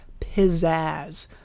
pizzazz